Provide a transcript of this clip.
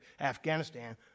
Afghanistan